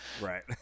right